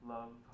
Love